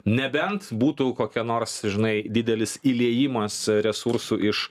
nebent būtų kokia nors žinai didelis įliejimas resursų iš